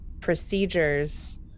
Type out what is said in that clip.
procedures